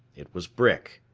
it was brick.